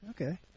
Okay